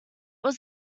was